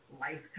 lifetime